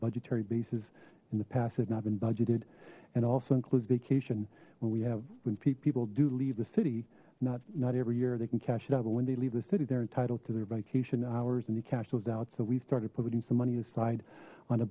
budgetary basis in the past has not been budgeted and also includes vacation when we have when people do leave the city not not every year they can cash it out but when they leave the city they're entitled to their vacation hours and you cash flows out so we've started putting some money aside on a